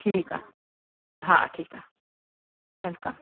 ठीकु आहे हा ठीकु आहे वेलकम